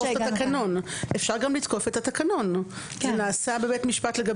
אפשר גם לתקוף את התקנון בבית המשפט.